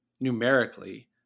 numerically